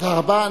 תודה רבה.